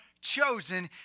chosen